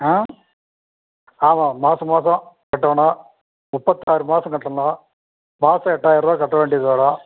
ஆ ஆமாம் மாதம் மாதம் கட்டணும் முப்பத்தாறு மாதம் கட்டணும் மாதம் எட்டாயிரம் ரூபா கட்ட வேண்டியது வரும்